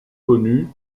connue